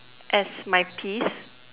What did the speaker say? as my peeves